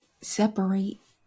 separate